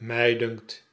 mi dunkt